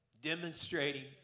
Demonstrating